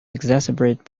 exacerbate